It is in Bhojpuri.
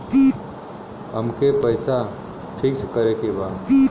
अमके पैसा फिक्स करे के बा?